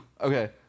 Okay